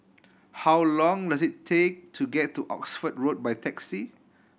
how long does it take to get to Oxford Road by taxi